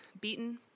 beaten